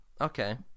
Okay